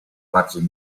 bardziej